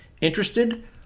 Interested